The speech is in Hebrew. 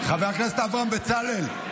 חבר הכנסת אברהם בצלאל,